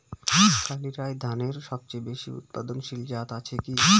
কালিরাই ধানের সবচেয়ে বেশি উৎপাদনশীল জাত আছে কি?